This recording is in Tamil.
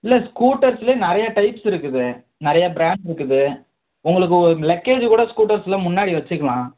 இல்லை ஸ்கூட்டர்ஸ்லேயே நிறைய டைப்ஸ் இருக்குது நிறைய ப்ராண்ட் இருக்குது உங்களுக்கு உங்க லக்கேஜ்ஜு கூட ஸ்கூட்டர்ஸ்சில் முன்னாடி வச்சுக்கலாம்